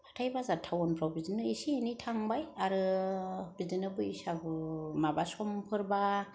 हाथाय बाजार टाउन फ्राव बिदिनो इसे एनै थांबाय आरो बिदिनो बैसागु माबा समफोरबा